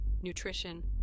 nutrition